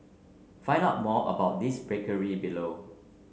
find out more about this bakery below